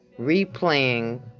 replaying